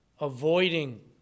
avoiding